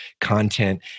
content